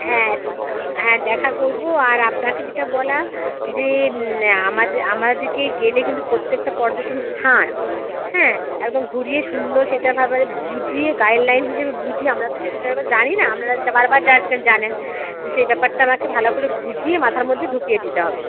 হ্যাঁ হ্যাঁ দেখা করবো আর আপনাকে যেটা বলা যে আমাদে আমরাদেকে গেলে কিন্তু প্রত্যেকটা পর্যটন স্থান হ্যাঁ একদম ঘুরিয়ে সুন্দর সেটা ব্যাপারে বুঝিয়ে গাইডলাইন হিসাবে বুঝিয়ে আমরা তো সেসব জায়গাগুলো জানি না আপনারা বারবার যাচ্ছেন জানেন তো সেই ব্যাপারটা আমাকে ভালো করে বুঝিয়ে মাথার মধ্যে ঢুকিয়ে দিতে হবে